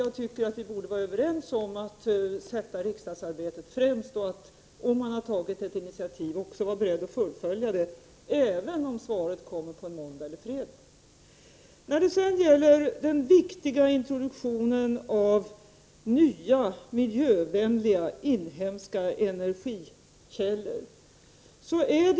Jag tycker att vi borde vara överens om att sätta riksdagsarbetet främst så att den som tagit initiativ också är beredd att fullfölja det även om svaret lämnas på en måndag eller en fredag. Regeringens politik är att aktivt stödja introduktionen av nya miljövänliga inhemska energikällor.